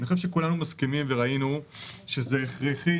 כולנו מסכימים וראינו שזה הכרחי.